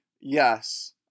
Yes